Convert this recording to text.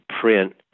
print